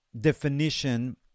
definition